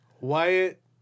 Wyatt